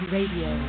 Radio